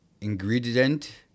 ingredient